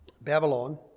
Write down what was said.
Babylon